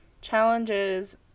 challenges